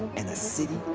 and a city